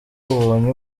ubonye